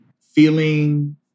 Feeling